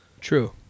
True